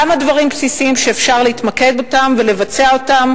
כמה דברים בסיסיים שאפשר להתמקד בהם ולבצע אותם